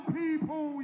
people